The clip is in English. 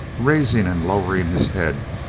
raising and lowering his head,